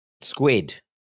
Squid